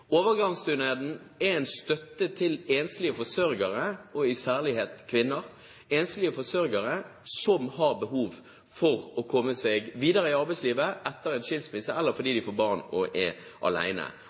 Overgangsstønaden er en støtte til enslige forsørgere, særlig kvinner, som har behov for å komme seg videre i arbeidslivet etter en skilsmisse, eller fordi